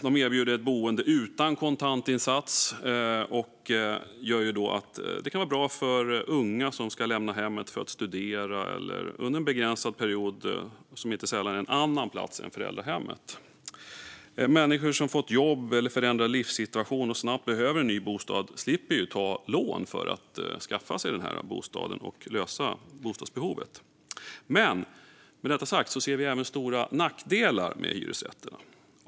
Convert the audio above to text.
De erbjuder ett boende utan kontantinsats, vilket kan vara bra när unga ska lämna hemmet för att studera under en begränsad period, inte sällan på annan plats än föräldrahemmet, och människor som fått jobb eller förändrad livssituation och snabbt behöver en ny bostad slipper ta lån för att lösa det omedelbara bostadsbehovet. Men vi ser även stora nackdelar med hyresrätterna.